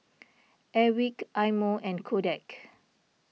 Airwick Eye Mo and Kodak